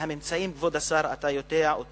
כבוד השר, אתה יודע טוב